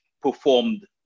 performed